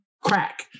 crack